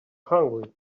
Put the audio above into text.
hungry